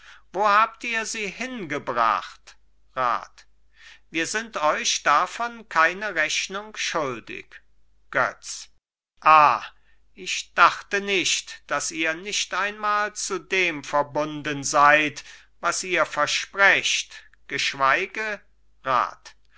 wo habt ihr sie hingebracht rat wir sind euch davon keine rechnung schuldig götz ah ich dachte nicht daß ihr nicht einmal zu dem verbunden seid was ihr versprecht geschweige rat